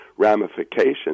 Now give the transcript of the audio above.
ramifications